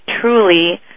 truly